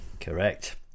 Correct